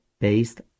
based